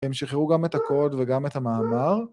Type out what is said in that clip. ‫הם שחררו גם את הקוד וגם את המאמר.